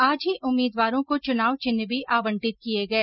आज ही उम्मीदवारों को चूनाव विन्ह भी आवंटित किए गए